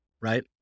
right